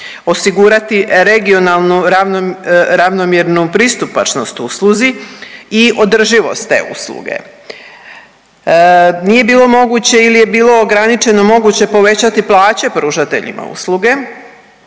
osigurati regionalnu ravnomjernu pristupačnost usluzi i održivost te usluge. Nije bilo moguće ili je bilo ograničeno moguće povećati plaće pružateljima usluge